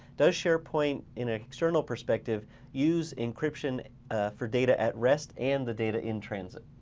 does sharepoint in an external perspective use encryption for data at rest and the data in transit?